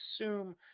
assume